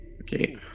Okay